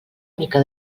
mica